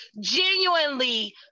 genuinely